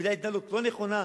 בגלל התנהלות לא נכונה,